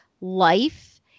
life